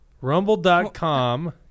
Rumble.com